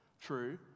True